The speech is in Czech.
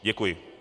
Děkuji.